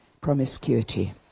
promiscuity